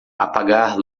apagar